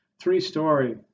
Three-story